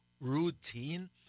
routine